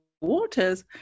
waters